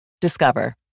Discover